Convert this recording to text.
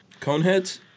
Coneheads